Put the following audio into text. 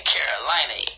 Carolina